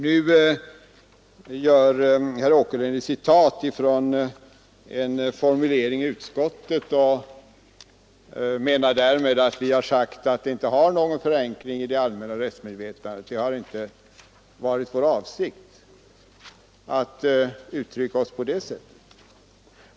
Nu citerar herr Åkerlind en formulering i utskottsbetänkandet och menar att vi har sagt att skyldighet att använda bilbälte inte har någon förankring i det allmänna rättsmedvetandet. Det har inte varit vår avsikt att uttrycka oss på det sättet.